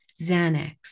Xanax